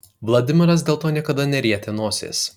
vladimiras dėl to niekada nerietė nosies